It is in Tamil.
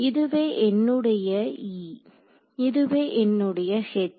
இதுவே என்னுடைய E இதுவே என்னுடைய H